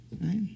right